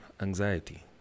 anxiety